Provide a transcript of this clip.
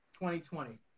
2020